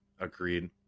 Agreed